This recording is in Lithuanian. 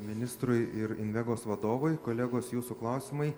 ministrui ir invegos vadovui kolegos jūsų klausimai